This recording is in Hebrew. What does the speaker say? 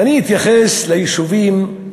ואני אתייחס ליישובים,